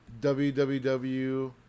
WWW